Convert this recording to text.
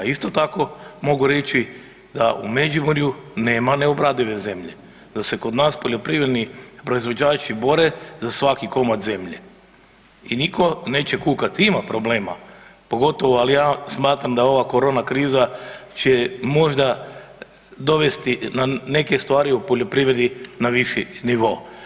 Isto tako mogu reći da u Međimurju nema neobradive zemlje, da se kod nas poljoprivredni proizvođači bore za svaki komad zemlje i niko neće kukat, ima problema pogotovo, ali ja smatram da ova korona kriza će možda dovesti na neke stvari u poljoprivredi na viši nivo.